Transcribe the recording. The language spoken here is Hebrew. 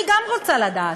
אני גם רוצה לדעת.